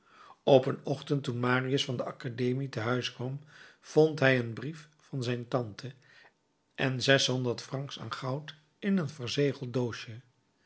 op een ochtend toen marius van de academie te huis kwam vond hij een brief van zijn tante en zeshonderd francs aan goud in een verzegeld doosje